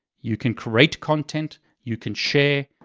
you can create content, you can share,